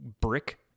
brick